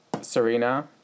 Serena